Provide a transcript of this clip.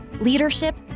leadership